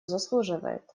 заслуживает